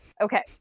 Okay